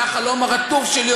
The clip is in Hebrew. זה החלום הרטוב שלי,